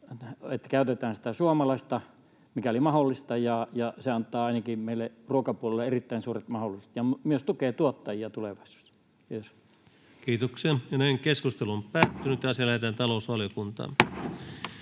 että käytetään sitä suomalaista, mikäli mahdollista. Se antaa ainakin meille ruokapuolella erittäin suuret mahdollisuudet ja myös tukee tuottajia tulevaisuudessa. — Kiitos. [Speech 202] Speaker: Ensimmäinen varapuhemies